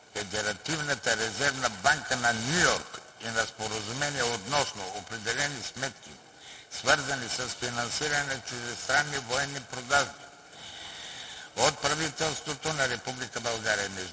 Федералната резервна банка на Ню Йорк и на Споразумение относно определени сметки, свързани с финансиране на чуждестранни военни продажби от правителството на Република България, между